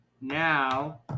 Now